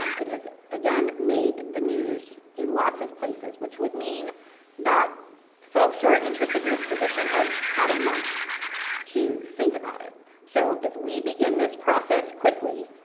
um it has again made the news in lots of places, which would mean that folks who are interested in this position, have had a month to think about it. so if we begin this process quickly,